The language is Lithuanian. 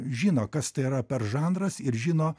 žino kas tai yra per žanras ir žino